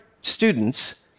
students